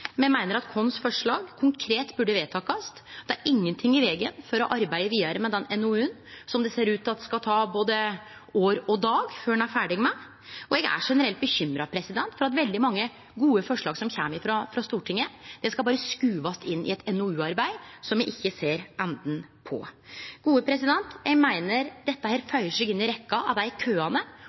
Me meiner at forslaget vårt konkret burde vedtakast. Det er ingenting i vegen for å arbeide vidare med den NOU-en, som det ser ut til skal ta både år og dag før ein er ferdig med. Eg er generelt bekymra for at veldig mange gode forslag som kjem frå Stortinget, berre skal skuvast inn i eit NOU-arbeid som me ikkje ser enden på. Eg meiner dette føyer seg inn i rekkja av dei køane